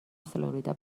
فلوریدا